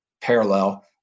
parallel